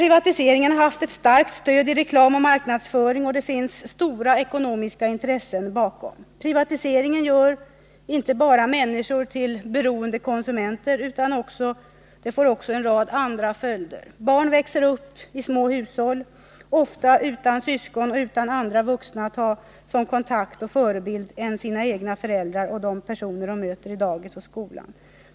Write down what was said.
Privatiseringen har haft ett starkt stöd i reklam och marknadsföring, och det finns stora ekonomiska intressen bakom detta. Privatiseringen gör inte bara människor till beroende konsumenter, utan den får också en rad andra följder: Barn växer upp i små hushåll, ofta utan syskon och utan andra vuxna att ha som kontakt och förebild än sina egna föräldrar och de personer de möter i dagis och skolan.